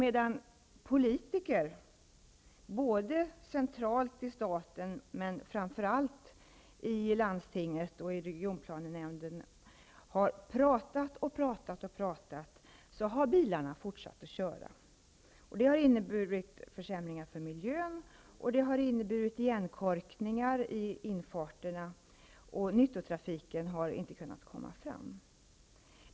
Men när centralt placerade rikspolitiker och framför allt politiker i landstinget och regionplanenämnden har pratat och pratat har bilarna fortsatt att köra. Detta har inneburit försämringar för miljön liksom igenkorkningar i infarterna. Nyttotrafiken har inte kunnat ta sig fram.